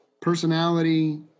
personality